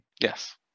Yes